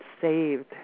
saved